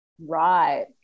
Right